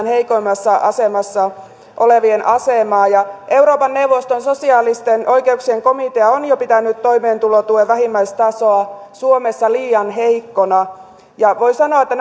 heikoimmassa asemassa olevien asemaa ja euroopan neuvoston sosiaalisten oikeuksien komitea on jo pitänyt toimeentulotuen vähimmäistasoa suomessa liian heikkona ja voi sanoa että